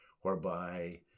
whereby